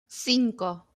cinco